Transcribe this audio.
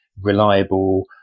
reliable